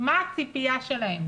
מה הציפיה שלהם,